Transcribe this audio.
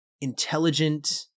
intelligent